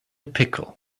pickle